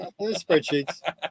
Spreadsheets